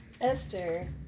Esther